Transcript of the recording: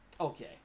Okay